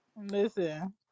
listen